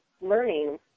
learning